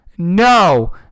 No